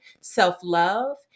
self-love